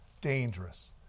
Dangerous